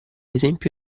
esempio